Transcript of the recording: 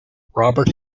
robert